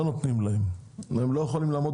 לא נותנים להם ומכיוון שכך הם לא יכולים לעמוד